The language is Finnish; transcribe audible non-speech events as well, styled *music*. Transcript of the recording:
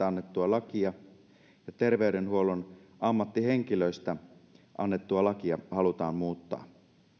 *unintelligible* annettua lakia ja terveydenhuollon ammattihenkilöistä annettua lakia halutaan muuttaa